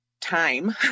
time